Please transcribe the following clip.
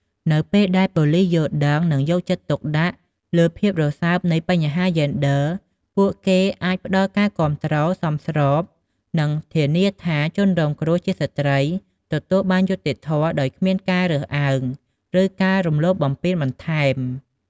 នៅពេលដែលប៉ូលិសយល់ដឹង និងយកចិត្តទុកដាក់លើភាពរសើបនៃបញ្ហាយេនឌ័រ ពួកគេអាចផ្តល់ការគាំទ្រសមស្រប និងធានាថាជនរងគ្រោះជាស្ត្រីទទួលបានយុត្តិធម៌ដោយគ្មានការរើសអើង ឬការរំលោភបំពានបន្ថែម។